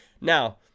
now